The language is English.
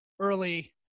early